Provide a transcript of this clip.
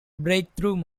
breakthrough